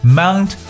Mount